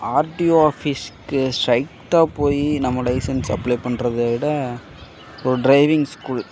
RTO ஆஃபீஸ்க்கு ஸ்ட்ரைட்டாக போய் நம்ம லைசன்ஸ் அப்ளே பண்ணுறத விட ஒரு ட்ரைவிங் ஸ்கூல்